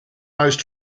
most